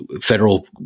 federal